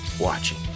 Watching